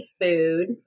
food